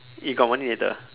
you got money later